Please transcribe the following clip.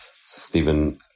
Stephen